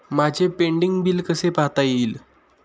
माझे pending bill कसे पाहता येईल?